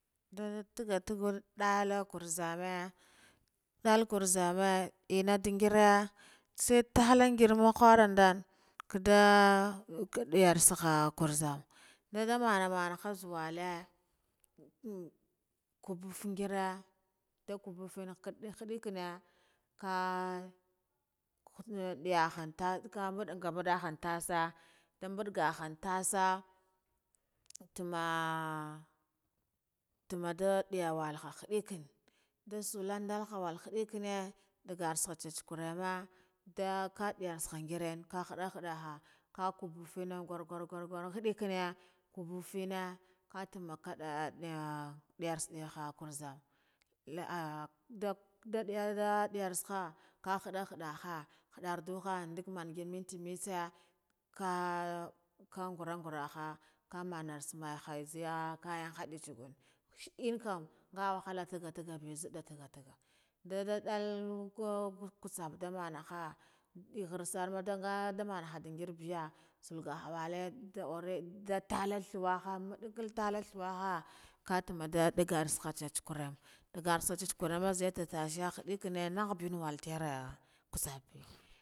Nda tuga tuga dalu karzame dall kwarzame enna ndin gira sai taha in ngimar khuran dan kadda kidiyar kasa karzam dadah mama zuwa kubufun ngira nda kabafun da khidikine isha, diyahon tah kabadah badahan tasa nda bagan han tasa tamaah tammah da diya walenha hadikan da sulon dolha hadikine idgahan chachakarime, nda ka diyahar kah ngire kahada haddaha kakaba fine ngur ngur ngur hidikane, kuba fine kha tumaah kadda diyarsa karzam la ah duh diyarda diyasaha, kahadda haddaha fhador duhe ndag marga minti mitse kha kha nguran nguraha kha manasa ka yan hadi tsaguna, ennanka nga wahala ntagu ntaga bi nzidda ntagga ntagga ndada dal kutsap ndu manaha ngharsar ndamanga ngir biya salga ha wale nda tulla thuwe tala thuwe waha kha tumwa da diga chachakarime dagal tatashe hidigkime ghabiya wula tere.